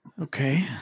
Okay